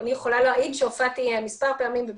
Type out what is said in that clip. אני יכולה להעיד שהופעתי מספר פעמים לא מועט